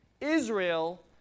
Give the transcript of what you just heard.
Israel